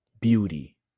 Beauty